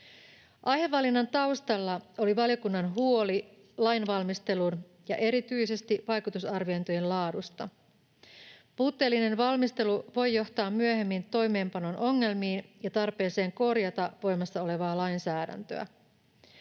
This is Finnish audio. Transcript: Aihevalinnan taustalla oli valiokunnan huoli lainvalmistelun ja erityisesti vaikutusarviointien laadusta. Puutteellinen valmistelu voi johtaa myöhemmin toimeenpanon ongelmiin ja tarpeeseen korjata voimassa olevaa lainsäädäntöä.